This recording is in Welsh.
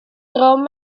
drwm